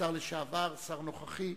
השר לשעבר והשר נוכחי.